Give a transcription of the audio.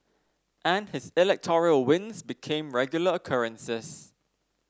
and his electoral wins became regular occurrences